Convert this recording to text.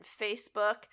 Facebook